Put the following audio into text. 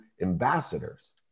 ambassadors